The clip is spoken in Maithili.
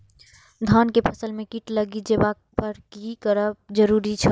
धान के फसल में कीट लागि जेबाक पर की करब जरुरी छल?